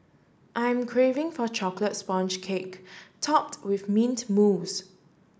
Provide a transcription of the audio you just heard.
I'm craving for chocolate sponge cake topped with mint mousse